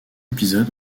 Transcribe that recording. épisodes